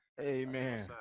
Amen